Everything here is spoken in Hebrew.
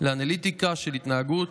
לאנליטיקה של התנהגות